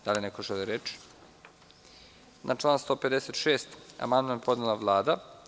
Da li neko želi reč? (Ne.) Na član 156. amandman je podnela Vlada.